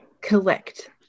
collect